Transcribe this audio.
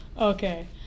Okay